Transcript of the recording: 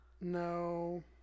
No